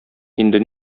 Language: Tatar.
инде